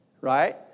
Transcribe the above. right